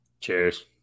Cheers